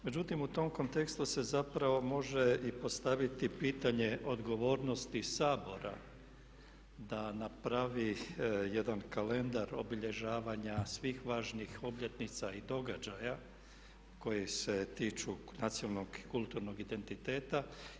Međutim, u tom kontekstu se zapravo može i postaviti pitanje odgovornosti Sabora da napravi jedan kalendar obilježavanja svih važnih obljetnica i događaja koje se tiču nacionalnog i kulturnog identiteta.